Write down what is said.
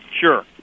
Sure